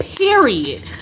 Period